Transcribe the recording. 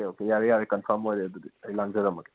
okay ꯌꯥꯔꯦ ꯌꯥꯔꯦ ꯀꯟꯐꯥꯝ ꯑꯣꯏꯔꯦ ꯑꯗꯨꯗꯤ ꯑꯩ ꯂꯥꯡꯖꯔꯝꯃꯒꯦ